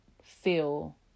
feel